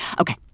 Okay